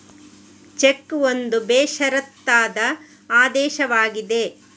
check ಒಂದು ಬೇಷರತ್ತಾದ ಆದೇಶವಾಗಿದೆ